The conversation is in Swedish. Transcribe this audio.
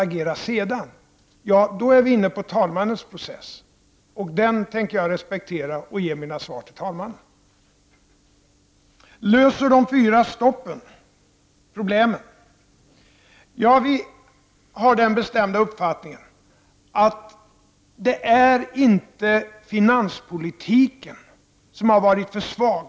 Med den frågan är vi inne på talmannens arbetsprocess, och den tänker jag respektera och därför ge mina svar direkt till talmannen. Löser de fyra stoppen problemen? Vi har den bestämda uppfattningen att det inte är finanspolitiken som har varit för svag.